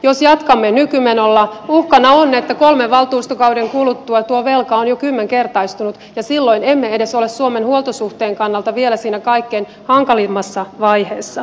jos jatkamme nykymenolla uhkana on että kolmen valtuustokauden kuluttua tuo velka on jo kymmenkertaistunut ja silloin emme edes ole suomen huoltosuhteen kannalta vielä siinä kaikkein hankalimmassa vaiheessa